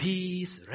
Peace